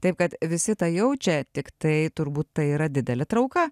taip kad visi tą jaučia tiktai turbūt tai yra didelė trauka